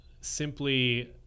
simply